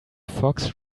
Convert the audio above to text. fox